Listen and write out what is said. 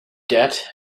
debt